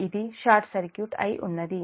ఇది short circuit అయి ఉన్నది